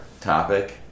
topic